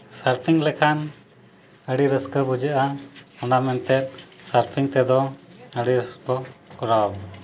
surfing ᱞᱮᱠᱷᱟᱱ ᱟᱹᱰᱤ ᱨᱟᱹᱥᱠᱟᱹ ᱵᱩᱡᱷᱟᱹᱜᱼᱟ ᱚᱱᱟ ᱢᱮᱱᱛᱮ ᱥᱟᱨᱯᱷᱤᱝ ᱛᱮᱫᱚ ᱵᱮᱥ ᱠᱚ ᱠᱚᱨᱟᱣᱟ